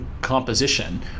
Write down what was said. composition